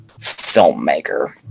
filmmaker